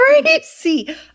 crazy